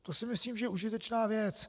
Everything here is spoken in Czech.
To si myslím, že je užitečná věc.